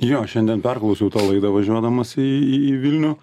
jo šiandien perklausiau tą laidą važiuodamas į į vilnių